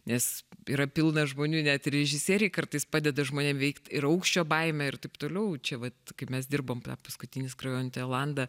nes yra pilna žmonių net ir režisieriai kartais padeda žmonėm įveikt ir aukščio baimę ir taip toliau čia vat kaip mes dirbom tą paskutinį skrajojantį olandą